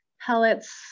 pellets